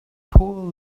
poor